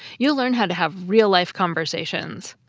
you'll learn how to have real-life conversations.